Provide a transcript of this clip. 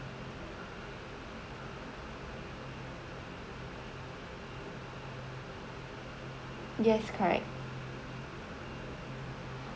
yes correct